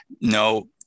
no